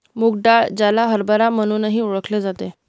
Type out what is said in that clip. मूग डाळ, ज्याला हरभरा म्हणूनही ओळखले जाते